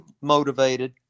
motivated